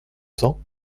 cents